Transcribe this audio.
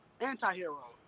anti-hero